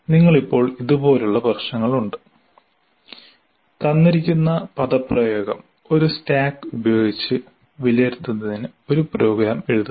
നിങ്ങൾക്ക് ഇപ്പോൾ ഇത് പോലുള്ള പ്രശ്നങ്ങൾ ഉണ്ട് • തന്നിരിക്കുന്ന പദപ്രയോഗം ഒരു സ്റ്റാക്ക് ഉപയോഗിച്ച് വിലയിരുത്തുന്നതിന് ഒരു പ്രോഗ്രാം എഴുതുക